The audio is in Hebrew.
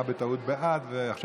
בעד משה ארבל,